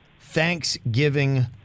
Thanksgiving